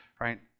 right